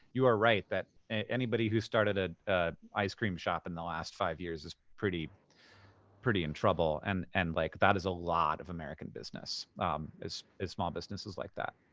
you are right that anybody who started an ah ah ice cream shop in the last five years is pretty pretty in trouble. and, and like, that is a lot of american business is is small businesses like that.